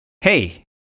hey